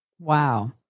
Wow